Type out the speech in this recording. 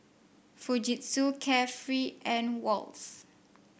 Fujitsu Carefree and Wall's